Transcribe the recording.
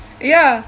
ya